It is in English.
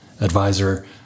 advisor